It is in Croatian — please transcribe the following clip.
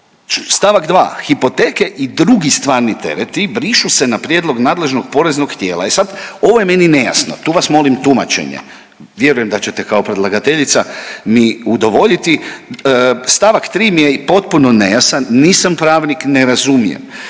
stavak 2. hipoteke i drugi stvarni tereti brišu se na prijedlog nadležnog poreznog tijela. I sad, ovo je meni nejasno, tu vas molim tumačenje. Vjerujem da ćete kao predlagateljica mi udovoljiti. Stavak tri mi je potpuno nejasan. Nisam pravnik, ne razumijem,